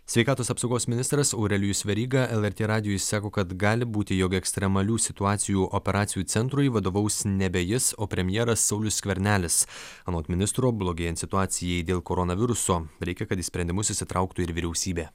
sveikatos apsaugos ministras aurelijus veryga lrt radijui sako kad gali būti jog ekstremalių situacijų operacijų centrui vadovaus nebe jis o premjeras saulius skvernelis anot ministro blogėjant situacijai dėl koronaviruso reikia kad į sprendimus įsitrauktų ir vyriausybė